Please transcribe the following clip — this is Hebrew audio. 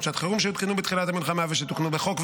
שעת חירום שהותקנו בתחילת המלחמה ושתוקנו בחוק,